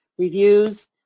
reviews